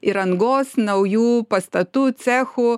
įrangos naujų pastatų cechų